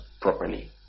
properly